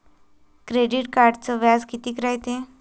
Credit कार्डचं व्याज कितीक रायते?